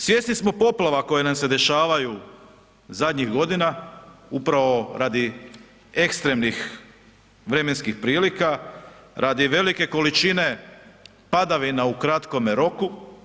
Svjesni smo poplava koje nam se dešavaju zadnjih godina upravo radi ekstremnih vremenskih prilika, radi velike količine padavina u kratkome roku.